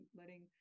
letting